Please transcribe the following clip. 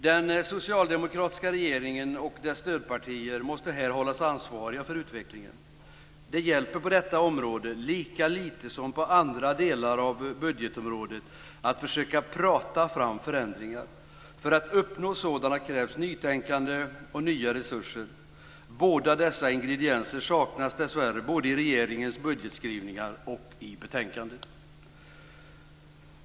Den socialdemokratiska regeringen och dess stödpartier måste här hållas ansvariga för utvecklingen. Det hjälper inte på detta område, lika lite som på andra delar av budgetområdet, att försöka prata fram förändringar. För att uppnå sådana krävs nytänkande och nya resurser. Båda dessa ingredienser saknas dessvärre både i regeringens budgetskrivningar och i betänkandet.